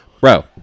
bro